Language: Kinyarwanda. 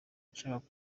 nshaka